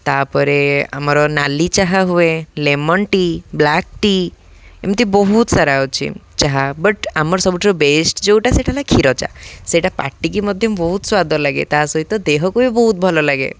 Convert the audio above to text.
ତା'ପରେ ଆମର ନାଲି ଚାହା ହୁଏ ଲେମନ୍ ଟି ବ୍ଲାକ୍ ଟି ଏମିତି ବହୁତ ସାରା ଅଛି ଚାହା ବଟ୍ ଆମର ସବୁଠାରୁ ବେଷ୍ଟ ଯେଉଁଟା ସେଇଟା ହେଲା କ୍ଷୀର ଚାହା ସେଇଟା ପାଟିକି ମଧ୍ୟ ବହୁତ ସ୍ୱାଦ ଲାଗେ ତା' ସହିତ ଦେହକୁ ବି ବହୁତ ଭଲ ଲାଗେ